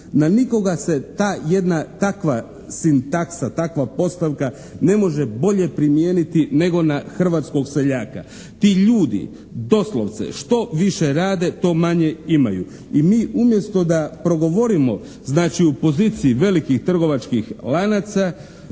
Na nikoga se ta jedna, takva sintaksa, takva postavka ne može bolje primijeniti nego na hrvatskog seljaka. Ti ljudi doslovce što više rade to manje imaju. I mi umjesto da progovorimo znači u poziciji velikih trgovačkih lanaca